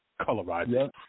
colorize